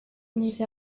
myiza